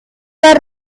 were